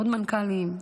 עוד מנכ"לים,